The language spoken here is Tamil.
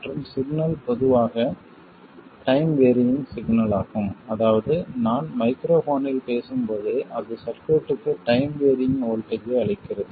மற்றும் சிக்னல் பொதுவாக டைம் வேரியிங் சிக்னலாகும் அதாவது நான் மைக்ரோஃபோனில் பேசும் போது அது சர்க்யூட்டுக்கு டைம் வேரியிங் வோல்ட்டேஜ் ஐ அளிக்கிறது